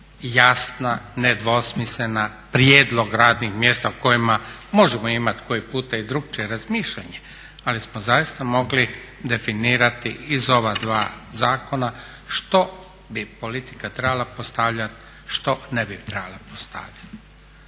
jasna, nedvosmislena, prijedlog radnih mjesta o kojima možemo imati koji puta i drukčije razmišljanje, ali smo zaista mogli definirati iz ova dva zakona što bi politika trebala postavljat, što ne bi trebala postavljat.